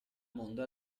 mondo